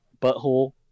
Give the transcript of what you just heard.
butthole